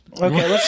Okay